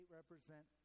represent